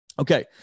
Okay